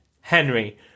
Henry